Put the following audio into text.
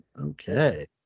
Okay